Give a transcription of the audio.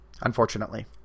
unfortunately